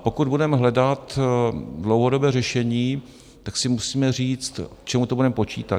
Pokud budeme hledat dlouhodobé řešení, tak si musíme říct, k čemu to budeme počítat.